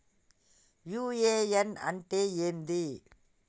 UAN అంటే ఏంది?